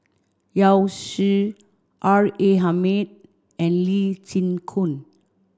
Yao Zi R A Hamid and Lee Chin Koon